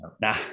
Nah